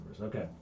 Okay